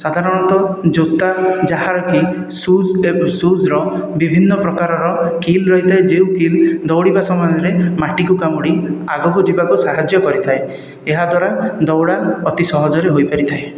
ସାଧାରଣତଃ ଜୋତା ଯାହାର କି ଶୁଜ୍ଟେ ଶୁଜ୍ର ବିଭିନ୍ନ ପ୍ରକାରର କିଲ ରହିଥାଏ ଯେଉଁ କିଲ ଦଉଡ଼ିବା ସମୟରେ ମାଟିକୁ କାମୁଡ଼ି ଆଗକୁ ଯିବାକୁ ସାହାଯ୍ୟ କରିଥାଏ ଏହାଦ୍ୱାରା ଦଉଡ଼ା ଅତି ସହଜରେ ହୋଇପାରିଥାଏ